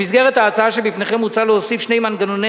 במסגרת ההצעה שבפניכם מוצע להוסיף שני מנגנוני